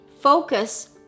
focus